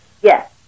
Yes